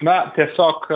na tiesiog